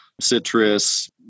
citrus